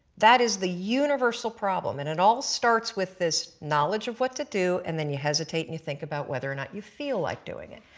that is the universal problem and it all starts with this knowledge of what to do and then you hesitate and you think about whether or not you feel like doing it.